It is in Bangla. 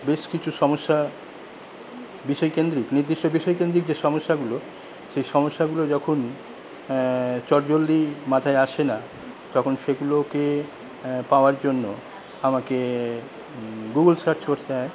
বেশ কিছু সমস্যা বিষয়কেন্দ্রিক নির্দিষ্ট বিষয়কেন্দ্রিক যে সমস্যাগুলো সে সমস্যাগুলো যখন চটজলদি মাথায় আসে না তখন সেগুলোকে পাওয়ার জন্য আমাকে গুগল সার্চ করতে হয়